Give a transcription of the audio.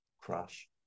Crash